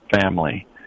family